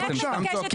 אתם סתם צועקים,